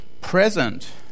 present